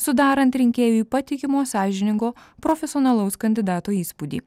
sudarant rinkėjui patikimo sąžiningo profesionalaus kandidato įspūdį